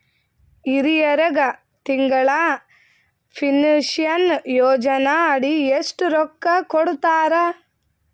ಹಿರಿಯರಗ ತಿಂಗಳ ಪೀನಷನಯೋಜನ ಅಡಿ ಎಷ್ಟ ರೊಕ್ಕ ಕೊಡತಾರ?